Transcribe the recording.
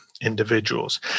individuals